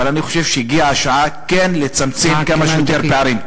אבל אני חושב שהגיעה השעה כן לצמצם כמה שיותר פערים.